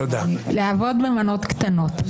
לעבוד במנות קטנות.